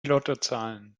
lottozahlen